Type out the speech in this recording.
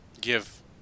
give